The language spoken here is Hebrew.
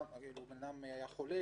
הנימוק שהוא משלם נחלש,